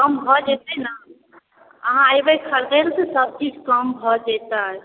कम भऽ जेतै ने अहाँ अएबै खरिदैलए तऽ सबकिछु कम भऽ जेतै